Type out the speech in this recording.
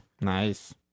Nice